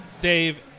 Dave